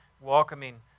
welcoming